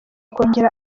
kongera